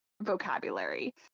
vocabulary